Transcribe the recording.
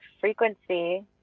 frequency